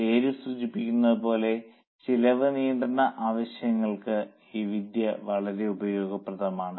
പേര് സൂചിപ്പിക്കുന്നത് പോലെ ചെലവ് നിയന്ത്രണ ആവശ്യങ്ങൾക്ക് ഈ വിദ്യ വളരെ ഉപയോഗപ്രദമാണ്